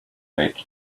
make